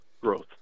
Growth